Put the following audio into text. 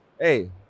hey